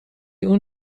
اون